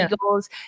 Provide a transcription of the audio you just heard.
goals